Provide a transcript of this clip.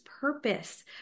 purpose